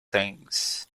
things